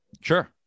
Sure